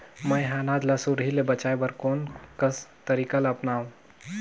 मैं ह अनाज ला सुरही से बचाये बर कोन कस तरीका ला अपनाव?